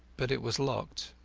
but it was locked.